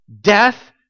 death